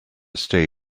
stay